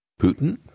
Putin